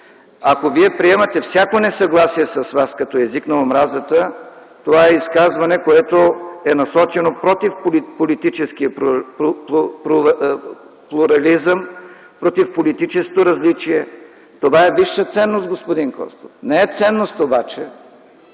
Ако Вие приемате всяко несъгласие с Вас като език на омразата, това е изказване, насочено против политическия плурализъм, против политическото различие. Това е висша ценност, господин Костов. Не е ценност обаче